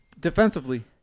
Defensively